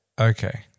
okay